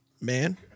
man